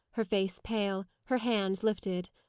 her face pale, her hands lifted.